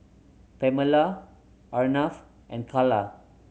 Oamela Arnav and Calla